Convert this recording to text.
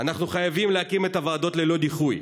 אנחנו חייבים להקים את הוועדות ללא דיחוי.